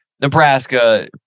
Nebraska